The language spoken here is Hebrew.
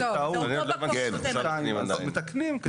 בטעות --- אז אנחנו מתקנים.